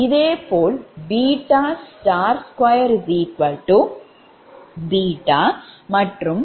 இதேபோல் 2 மற்றும்31